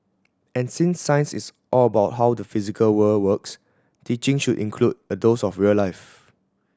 and since science is all about how the physical world works teaching should include a dose of real life